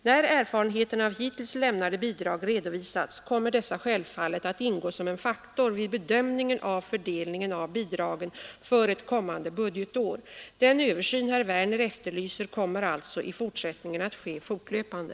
När erfarenheterna av hittills lämnade bidrag redovisats kommer dessa självfallet att ingå som en faktor vid bedömningen av fördelningen av bidragen för ett kommande budgetår. Den översyn herr Wemer efterlyser kommer alltså i fortsättningen att ske fortlöpande.